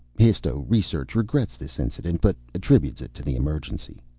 histo-research regrets this incident, but attributes it to the emergency.